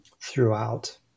throughout